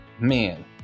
Man